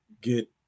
get